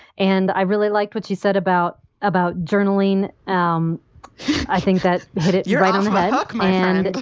and i really liked what she said about about journaling um i think that you're right. um um i took my hand